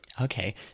Okay